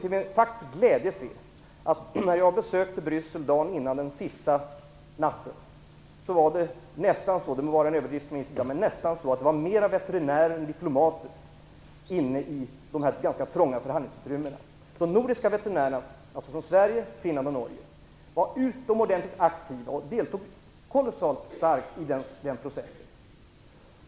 Till min stora glädje kunde jag se, när jag besökte Bryssel dagen innan den avgörande natten, att det nästan var fler veterinärer än diplomater inne i de ganska trånga förhandlingsutrymmena. De nordiska veterinärerna från Sverige, Finland och Norge var utomordentligt aktiva. De deltog kolossalt starkt i processen.